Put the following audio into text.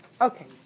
Okay